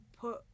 put